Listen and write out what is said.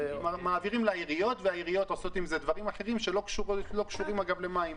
מעבירים לעיריות והעיריות עושות עם זה דברים אחרים שלא קשורים למים.